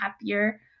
happier